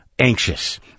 anxious